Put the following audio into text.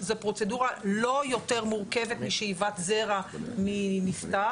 זו פרוצדורה לא יותר מורכבת משאיבת זרע מנפטר.